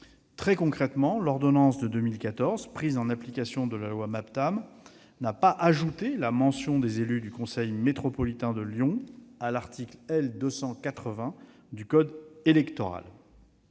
Concrètement, l'ordonnance de 2014, prise en application de la loi Maptam, n'a pas ajouté la mention des élus du conseil métropolitain de Lyon à l'article L. 280 du code électoral.